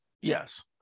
Yes